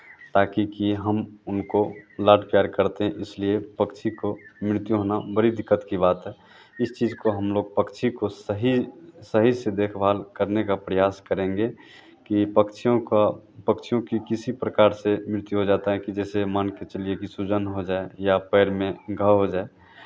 ताकि कि हम उनको लाड़ प्यार करते हैं इसलिए पक्षी को मृत्यु होना बड़ी दिक्कत की बात है इस चीज़ को हम लोग पक्षी को सही सही से देखभाल करने का प्रयास करेंगे कि पक्षियों का पक्षियों की किसी प्रकार से मृत्यु हो जाता है कि जैसे मान के चलिए कि सूजन हो जाए या पैर में घाव हो जाए